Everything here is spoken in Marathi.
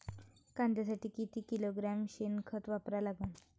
कांद्यासाठी किती किलोग्रॅम शेनखत वापरा लागन?